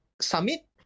summit